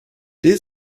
these